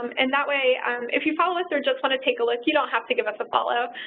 um and that way if you follow us or just want to take a look, you don't have to give us a follow,